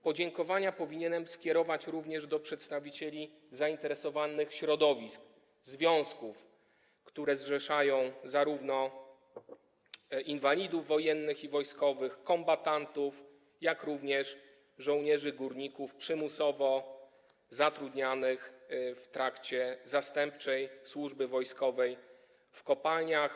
Podziękowania powinienem skierować również do przedstawicieli zainteresowanych środowisk, związków, które zrzeszają zarówno inwalidów wojennych i wojskowych, kombatantów, jak i żołnierzy górników przymusowo zatrudnianych w trakcie zastępczej służby wojskowej w kopalniach.